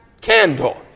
candle